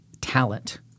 talent